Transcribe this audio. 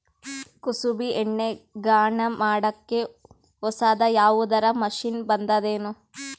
ಕುಸುಬಿ ಎಣ್ಣೆ ಗಾಣಾ ಮಾಡಕ್ಕೆ ಹೊಸಾದ ಯಾವುದರ ಮಷಿನ್ ಬಂದದೆನು?